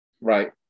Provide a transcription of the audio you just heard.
Right